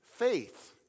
faith